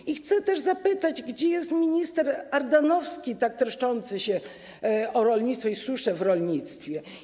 I chcę też zapytać, gdzie jest minister Ardanowski, tak troszczący się o rolnictwo i suszę w rolnictwie.